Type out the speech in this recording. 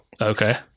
okay